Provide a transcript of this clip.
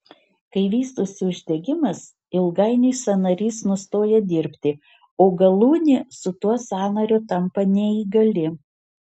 kai vystosi uždegimas ilgainiui sąnarys nustoja dirbti o galūnė su tuo sąnariu tampa neįgali